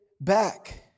back